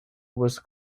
was